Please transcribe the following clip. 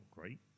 great